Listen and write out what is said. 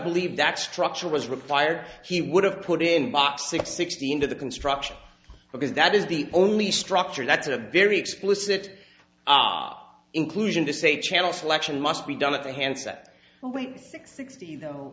believed that structure was required he would have put in boxes sixteen to the construction because that is the only structure that's a very explicit inclusion to say channel selection must be done at the hands that oh wait six sixty th